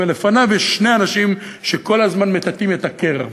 ולפניו יש שני אנשים שכל הזמן מטאטאים את הקרח.